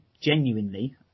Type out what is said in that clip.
genuinely